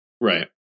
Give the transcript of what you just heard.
right